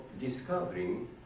discovering